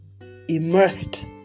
immersed